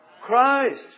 Christ